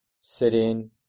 sitting